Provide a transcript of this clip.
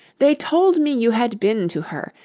they told me you had been to her,